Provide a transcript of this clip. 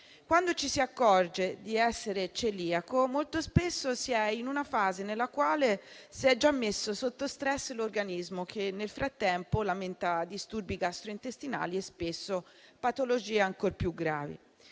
Quando ci si accorge di essere celiaco molto spesso si è in una fase nella quale si è già messo sotto stress l'organismo, che nel frattempo lamenta disturbi gastrointestinali e spesso patologie ancor più gravi.